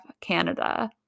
Canada